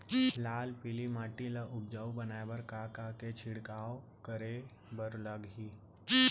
लाल पीली माटी ला उपजाऊ बनाए बर का का के छिड़काव करे बर लागही?